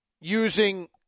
using